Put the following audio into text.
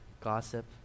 gossip